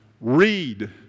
Read